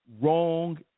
wrong